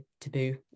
taboo